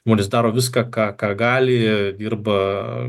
žnonės daro viskąką ką gali dirba